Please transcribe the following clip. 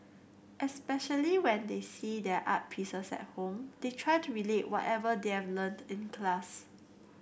especially when they see their art pieces at home they try to relate whatever they've learnt in class